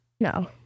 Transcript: No